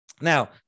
Now